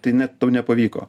tai ne tau nepavyko